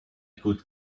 could